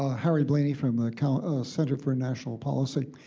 ah harry blaney from the kind of center for international policy.